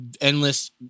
endless